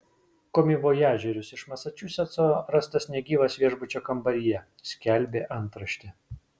komivojažierius iš masačusetso rastas negyvas viešbučio kambaryje skelbė antraštė